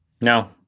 no